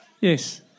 Yes